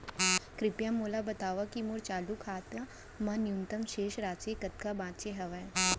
कृपया मोला बतावव की मोर चालू खाता मा न्यूनतम शेष राशि कतका बाचे हवे